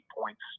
points